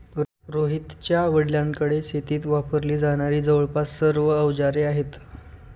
रोहितच्या वडिलांकडे शेतीत वापरली जाणारी जवळपास सर्व अवजारे आहेत